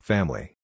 Family